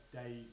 day